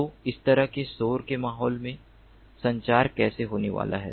तो इस तरह के शोर के माहौल में संचार कैसे होने वाला है